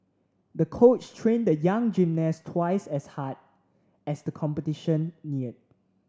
the coach trained the young gymnast twice as hard as the competition neared